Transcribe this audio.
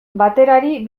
baterari